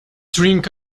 drink